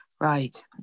Right